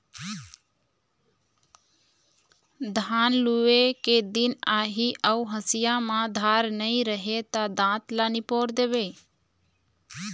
धान लूए के दिन आही अउ हँसिया म धार नइ रही त दाँत ल निपोर देबे